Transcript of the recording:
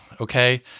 okay